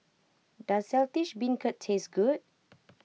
does Saltish Beancurd taste good